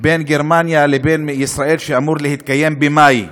בין גרמניה לבין ישראל שאמור להתקיים במאי.